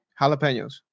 Jalapenos